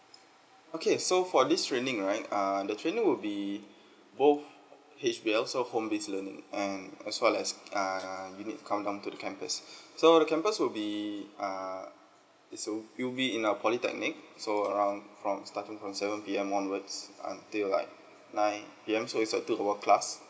okay so for this training right err the training would be both H_B_L so home based learning and as well as err you need to come down to the campus so the campus would be err is uh will be in a polytechnic so around from starting from seven P_M onwards until like nine P_M so is a two hour class